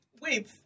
wait